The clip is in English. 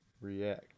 React